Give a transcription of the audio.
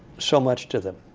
so much to them